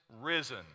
risen